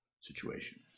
situation